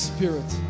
Spirit